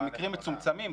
במקרים מצומצמים,